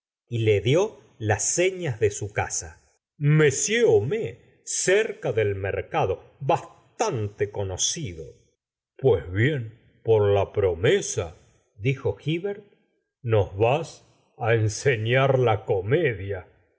y le dió las señas de su casa m homais cer ca del mercado bastante conocido pues bien por la promesa dijol iivert nosvas ri enseñar la comedia